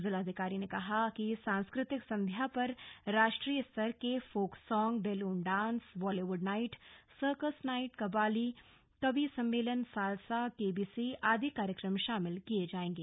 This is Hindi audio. जिलाधिकारी ने कहा सांस्कृतिक संध्या पर राष्ट्रीय स्तर के folk song balloon dance Bollywood night circus night qawwali कवि सम्मेलन सालसा केबीसी आदि कार्यक्रम शामिल किए जाएंगे